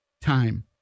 time